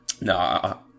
No